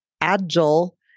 Agile